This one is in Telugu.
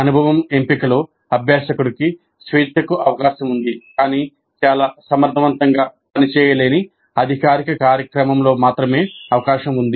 అనుభవం ఎంపికలో అభ్యాసకుడికి స్వేచ్ఛకు అవకాశం ఉంది కానీ చాలా సమర్థవంతంగా పనిచేయలేని అధికారిక కార్యక్రమంలో మాత్రమే అవకాశం ఉంది